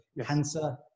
cancer